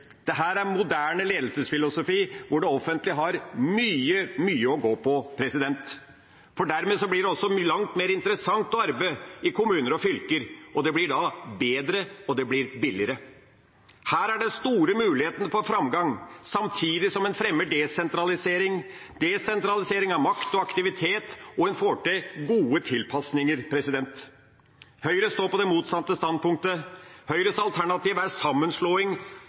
billigere. Her er det store muligheter for framgang, samtidig som en fremmer desentralisering – desentralisering av makt og aktivitet – og en får til gode tilpasninger. Høyre står på det motsatte standpunktet. Høyres alternativ er sammenslåing,